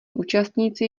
účastníci